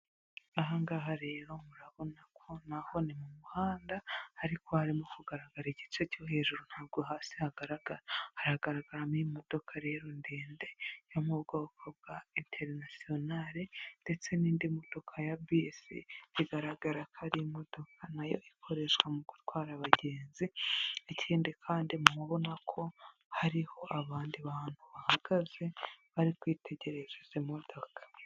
Aha ngaha rero murabona ko naho ni mu muhanda ariko harimo kugaragara igice cyo hejuru ntabwo hasi hagaragara, haragaragaramo imodoka rero ndende yo mu bwoko bwa interinasiyonari ndetse n'indi modoka ya bisi bigaragara ko ari imodoka nayo ikoreshwa mu gutwara abagenzi, ikindi kandi murabona ko hariho abandi bantu bahagaze bari kwitegereza izo modoka.